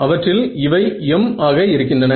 அவற்றில் இவை m ஆக இருக்கின்றன